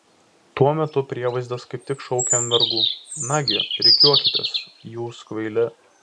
tuo metu prievaizdas kaip tik šaukė ant vergų nagi rikiuokitės jūs kvaili